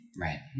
Right